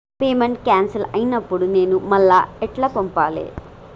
Payment cancel అయినపుడు నేను మళ్ళా ఎట్ల పంపాలే?